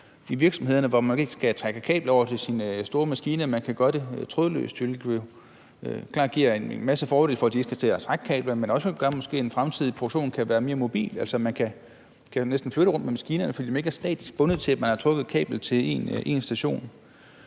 i virksomheder, hvor man ikke skal trække kabler over til sine store maskiner, men kan forbinde dem trådløst, hvilket klart giver en masse fordele, når man ikke skal til at trække kablerne, men også gør, at en fremtidig produktion måske kan være mere mobil, fordi man næsten kan flytte rundt på maskinerne, fordi man ikke er statisk bundet af, at man har trukket kablet til én station.